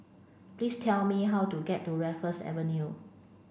please tell me how to get to Raffles Avenue